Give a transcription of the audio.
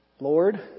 Lord